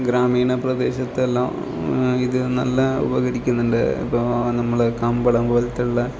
ഗ്രാമീണ പ്രദേശത്തെല്ലാം ഇത് നല്ല ഉപകരിക്കുന്നുണ്ട് ഇപ്പോൾ നമ്മൾ കമ്പളം പോലെയുള്ള